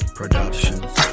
productions